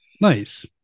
Nice